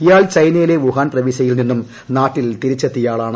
ഇയാൾ ചൈനയിലെ വുഹാൻ പ്രവീശ്യയിൽ നിന്നും നാട്ടിൽ തിരിച്ചെത്തിയ ആളാണ്